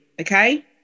okay